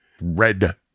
red